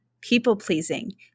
people-pleasing